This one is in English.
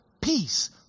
peace